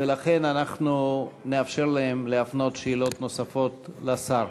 ולכן אנחנו נאפשר להם להפנות שאלות נוספות לשר.